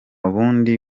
bundi